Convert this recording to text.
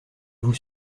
vous